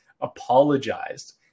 apologized